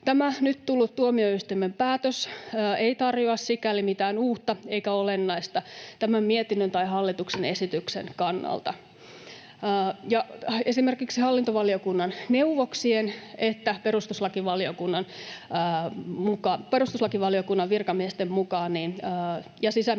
Tämä nyt tullut tuomioistuimen päätös ei tarjoa sikäli mitään uutta eikä olennaista tämän mietinnön tai hallituksen esityksen kannalta, ja esimerkiksi hallintovaliokunnan neuvoksien ja perustuslakivaliokunnan virkamiesten mukaan ja sisäministeriöstä